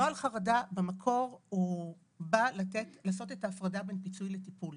נוהל חרדה במקור בא לעשות את ההפרדה בין פיצוי לטיפול.